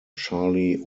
charlie